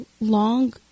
long